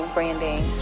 Branding